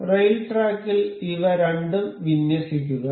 rail ട്രാക്കിൽ ഇവ രണ്ടും വിന്യസിക്കുക